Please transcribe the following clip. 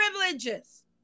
privileges